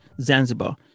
zanzibar